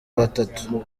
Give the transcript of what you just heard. batatu